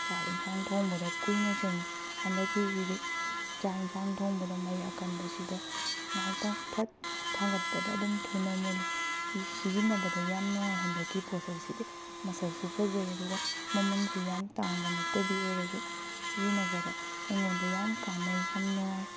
ꯆꯥꯛ ꯏꯟꯁꯥꯡ ꯊꯣꯡꯕꯗ ꯀꯨꯏꯅ ꯆꯪꯏ ꯍꯟꯗꯛꯀꯤꯁꯤꯗꯤ ꯆꯥꯛ ꯏꯟꯁꯥꯡ ꯊꯣꯡꯕꯗ ꯃꯩ ꯑꯀꯟꯕꯁꯤꯗ ꯉꯥꯏꯍꯥꯛꯇꯪ ꯐꯠ ꯊꯥꯡꯒꯠꯄꯗ ꯑꯗꯨꯝ ꯊꯨꯅ ꯃꯨꯜꯂꯤ ꯁꯤꯖꯤꯟꯅꯕꯗ ꯌꯥꯝ ꯅꯨꯡꯉꯥꯏ ꯍꯟꯗꯛꯀꯤ ꯄꯣꯠꯁꯛꯁꯤꯗꯤ ꯃꯁꯛꯁꯨ ꯐꯖꯩ ꯑꯗꯨꯒ ꯃꯃꯟꯁꯨ ꯌꯥꯝ ꯇꯥꯡꯕ ꯅꯠꯇꯕꯤ ꯑꯣꯏꯔꯁꯨ ꯁꯤꯖꯤꯟꯅꯕꯗ ꯑꯩꯉꯣꯟꯗ ꯌꯥꯝ ꯀꯥꯟꯅꯩ ꯌꯥꯝ ꯅꯨꯡꯉꯥꯏ